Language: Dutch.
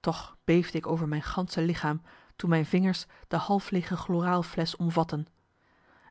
toch beefde ik over mijn gansche lichaam toen mijn vingers de half leege chloraal flesch omvatten